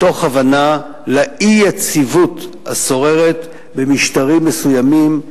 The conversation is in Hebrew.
מתוך הבנה של האי-יציבות השוררת במשטרים מסוימים,